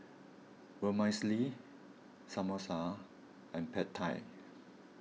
Vermicelli Samosa and Pad Thai